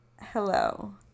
hello